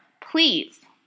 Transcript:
Please